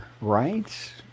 Right